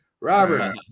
robert